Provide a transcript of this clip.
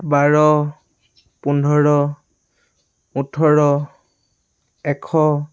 বাৰ পোন্ধৰ ওঠৰ এশ